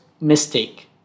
mistake